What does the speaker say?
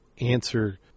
answer